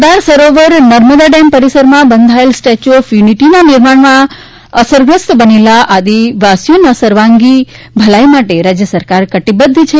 સરદાર Sarovar Narmada dam પરિસરમાં બંધાયેલ statue of યુનિટીના નિર્માણ માટે અસરગ્રસ્ત બનેલા આદિવાસીઓની સર્વાંગી ભલાઇ માટે રાજ્ય સરકાર કટિબદ્ધ છે